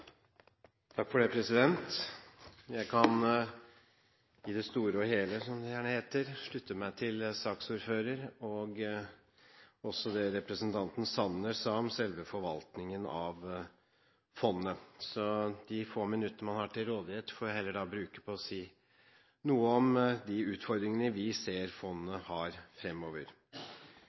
og også det representanten Sanner sa om selve forvaltningen av fondet. De få minuttene man har til rådighet, får jeg heller bruke på å si noe om de utfordringene vi ser fondet har fremover.